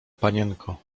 panienko